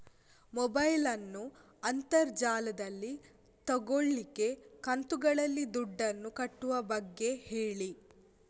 mobile ನ್ನು ಅಂತರ್ ಜಾಲದಲ್ಲಿ ತೆಗೋಲಿಕ್ಕೆ ಕಂತುಗಳಲ್ಲಿ ದುಡ್ಡನ್ನು ಕಟ್ಟುವ ಬಗ್ಗೆ ಹೇಳಿ